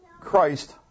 Christ